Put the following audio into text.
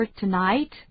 tonight